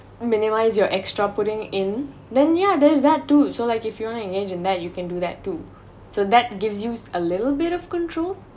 minimize your extra putting in then yeah there's that too so like if you want engage in that you can do that too so that gives you a little bit of control